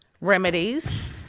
Remedies